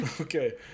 Okay